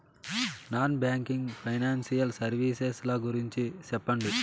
Non banking financial services ల గురించి సెప్పండి?